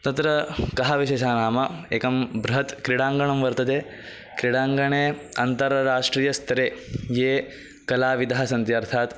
तत्र कः विशेषः नाम एकं बृहत् क्रीडाङ्गणं वर्तते क्रीडाङ्गणे अन्ताराष्ट्रियस्तरे ये कलाविदः सन्ति अर्थात्